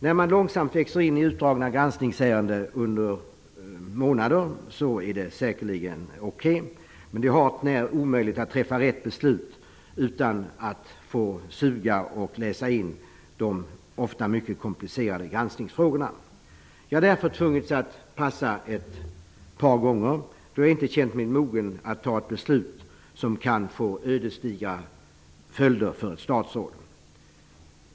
När man långsamt växer in i de utdragna granskningsärendena under månader är det säkerligen okej. Men det är hart när omöjligt att träffa rätt beslut utan att läsa in och suga på de ofta komplicerade granskningsfrågorna. Jag har därför tvingats att passa ett par gånger, då jag inte känt mig mogen att fatta ett beslut som kan få ödesdigra följder för ett statsråd.